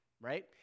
right